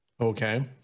okay